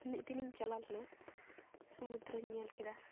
ᱢᱤᱫ ᱫᱤᱱᱤᱧ ᱪᱟᱞᱟᱣ ᱞᱮᱱᱟ ᱥᱚᱢᱩᱫᱨᱚᱧ ᱧᱮᱞ ᱠᱮᱫᱟ